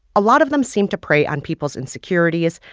a lot of them seem to prey on people's insecurities,